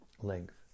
length